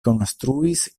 konstruis